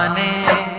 um a